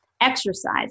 exercise